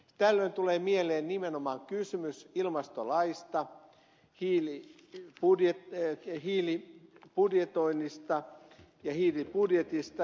tällöin tulee mieleen nimenomaan kysymys ilmastolaista hiilibudjetoinnista ja hiilibudjetista